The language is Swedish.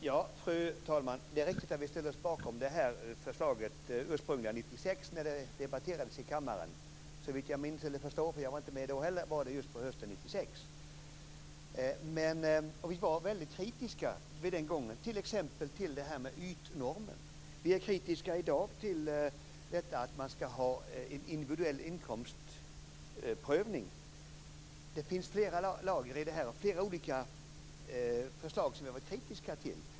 Fru talman! Det är riktigt att vi ställde oss bakom det ursprungliga förslaget när det debatterades i kammaren 1996. Såvitt jag förstår, för jag var inte heller med då, var det just hösten 1996. Vi var väldigt kritiska den gången t.ex. till det här med ytnormen. Vi är kritiska i dag till detta att man skall ha en individuell inkomstprövning. Det finns flera lager i det här, flera olika förslag som vi har varit kritiska till.